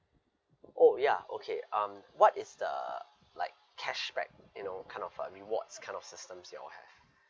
oh ya okay um what is the like cashback you know kind of uh rewards kind of systems you all have